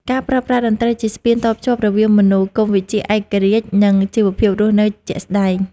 ការប្រើប្រាស់តន្ត្រីជាស្ពានតភ្ជាប់រវាងមនោគមវិជ្ជាឯករាជ្យ និងជីវភាពរស់នៅជាក់ស្តែង